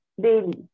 daily